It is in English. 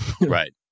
Right